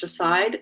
aside